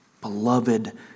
beloved